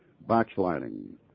backsliding